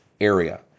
area